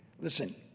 Listen